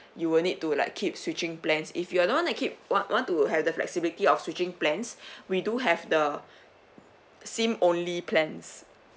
you will need to like keep switching plans if you're don't want to keep want want to have the flexibility of switching plans we do have the SIM only plans